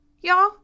Y'all